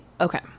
okay